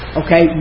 okay